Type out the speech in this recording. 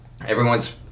Everyone's